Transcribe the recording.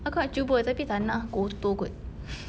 aku nak cuba tapi tak nak ah kotor kot